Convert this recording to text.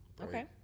okay